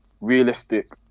realistic